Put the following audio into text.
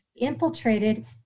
infiltrated